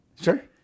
Sure